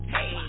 Hey